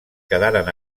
quedaran